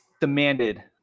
demanded